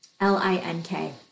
L-I-N-K